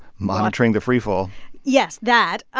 monitoring the freefall yes, that. ah